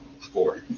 Four